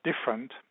different